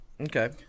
Okay